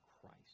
Christ